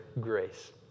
grace